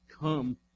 come